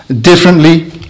differently